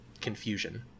confusion